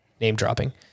Name-dropping